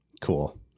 Cool